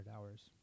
hours